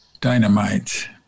dynamite